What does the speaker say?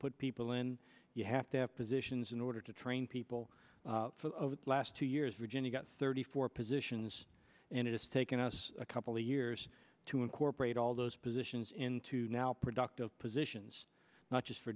put people in you have to positions in order to train people for the last two years virginia got thirty four positions and it's taken us a couple of years to incorporate all those positions into now productive positions not just for